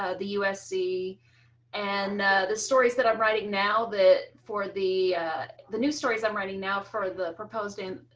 ah the usc and the stories that i'm writing now that for the the new stories. i'm writing now for the proposed in